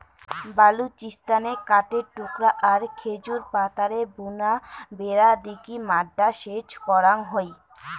বালুচিস্তানে কাঠের টুকরা আর খেজুর পাতারে বুনা বেড়া দিকি মাড্ডা সেচ করাং হই